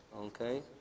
okay